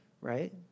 right